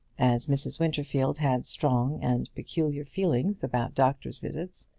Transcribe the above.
as mrs. winterfield had strong and peculiar feelings about doctors' visits,